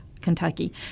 Kentucky